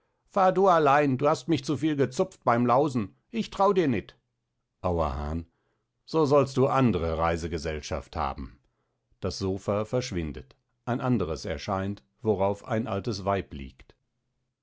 fahr du allein du hast mich zuviel gezupft beim lausen ich trau dir nit auerhahn so sollst du andere reisegesellschaft haben das sopha verschwindet ein anderes erscheint worauf ein altes weib liegt